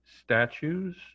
statues